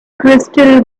crystal